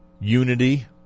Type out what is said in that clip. unity